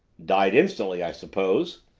died instantly, i suppose?